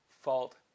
fault